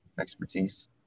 expertise